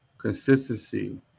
consistency